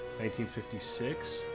1956